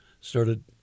started